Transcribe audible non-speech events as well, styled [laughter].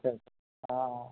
[unintelligible] অ'